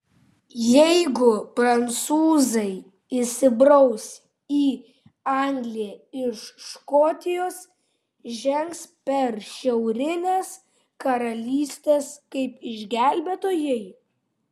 jeigu prancūzai įsibraus į angliją iš škotijos žengs per šiaurines karalystes kaip išgelbėtojai